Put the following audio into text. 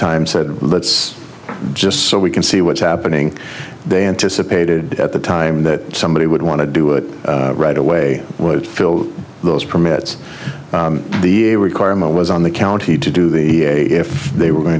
time said let's just so we can see what's happening they anticipated at the time that somebody would want to do it right away would fill those permits the requirement was on the county to do the if they were going